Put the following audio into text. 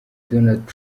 donald